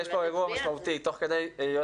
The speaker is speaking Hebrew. תוך כדי מירב ישראלי,